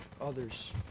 others